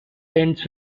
ends